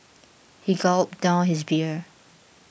he gulped down his beer